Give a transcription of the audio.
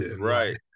right